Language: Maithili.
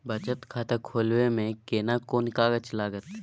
बचत खाता खोलबै में केना कोन कागज लागतै?